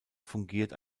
fungiert